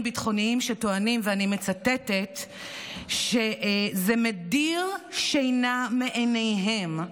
ביטחוניים שטוענים ש"זה מדיר שינה מעיניהם".